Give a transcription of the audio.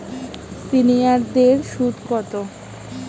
সিনিয়ারদের সুদ কত?